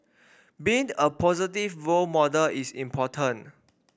being a positive role model is important